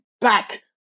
back